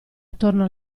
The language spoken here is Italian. attorno